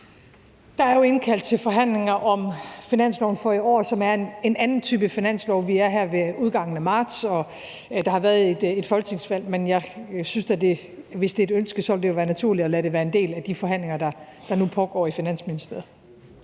Der er jo indkaldt til forhandlinger om finansloven for i år, som er en anden type finanslov. Vi er her ved udgangen af marts, og der har været et folketingsvalg. Men hvis det er et ønske, vil det jo være naturligt at lade det være en del af de forhandlinger, der nu pågår i Finansministeriet.